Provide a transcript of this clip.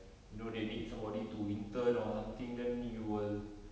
you know they need somebody to intern or something then you will